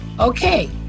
Okay